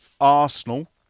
Arsenal